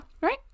right